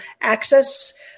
access